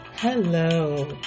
Hello